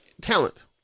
talent